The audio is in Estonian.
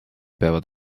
peavad